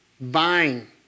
buying